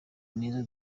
nizo